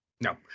No